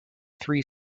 three